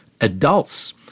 adults